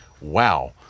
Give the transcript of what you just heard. wow